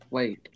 Wait